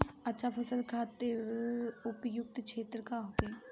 अच्छा फसल खातिर उपयुक्त क्षेत्र का होखे?